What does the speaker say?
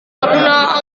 karena